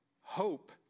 hope